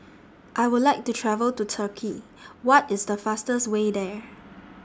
I Would like to travel to Turkey What IS The fastest Way There